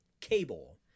cable